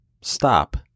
stop